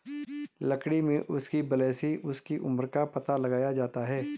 लकड़ी में उसकी वलय से उसकी उम्र का पता लगाया जाता है